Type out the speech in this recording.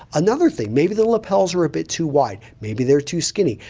another thing, maybe the lapels are a bit too wide. maybe they're too skinny.